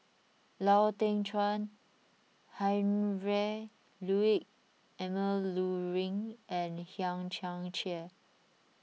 Lau Teng Chuan Heinrich Ludwig Emil Luering and Hang Chang Chieh